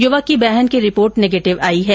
युवक की बहन की रिपोर्ट नेगेटिव आई है